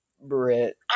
Brit